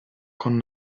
con